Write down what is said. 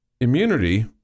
immunity